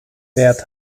wert